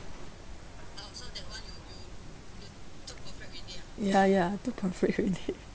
ya ya took profit already